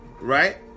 right